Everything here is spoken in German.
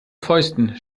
fäusten